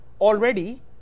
already